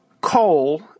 coal